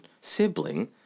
sibling